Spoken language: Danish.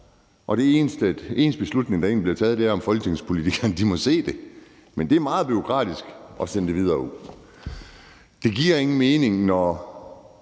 og den eneste beslutning, der egentlig bliver taget, er, om folketingspolitikerne må se det, men at det er meget bureaukratisk at sende det videre ud. Det giver ingen mening, når